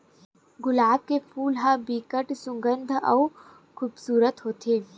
गुलाब के फूल ह बिकट सुग्घर अउ खुबसूरत होथे